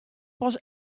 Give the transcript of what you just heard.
pas